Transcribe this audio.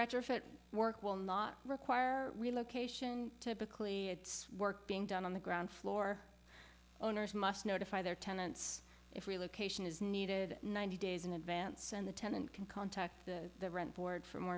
retrofit work will not require relocation typically it's work being done on the ground floor owners must notify their tenants if we location is needed ninety days in advance and the tenant can contact the board for more